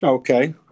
Okay